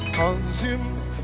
consumed